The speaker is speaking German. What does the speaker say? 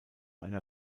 einer